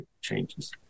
changes